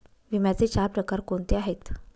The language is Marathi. विम्याचे चार प्रकार कोणते आहेत?